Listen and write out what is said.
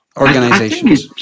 organizations